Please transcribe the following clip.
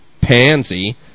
pansy